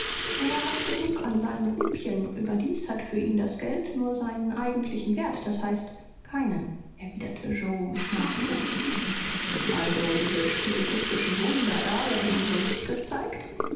er hat genug an seinen rupien überdies hat für ihn das geld nur seinen eigentlichen wert das heißt keinen erwiderte yoe mit nachdruck also diese spiritistischen wunder da werden umsonst gezeigt